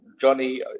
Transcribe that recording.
Johnny